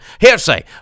Hearsay